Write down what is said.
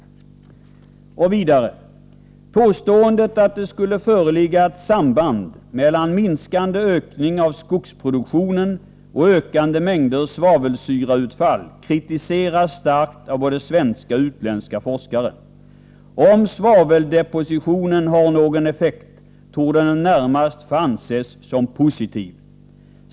Påståendet att det skulle föreligga ett samband mellan en ökning av skogsproduktionen och ökande mängder svavelsyrautfall kritiseras starkt av både svenska och utländska forskare. Om svaveldepositioner har någon effekt torde den närmast få anses som positiv.